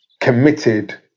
committed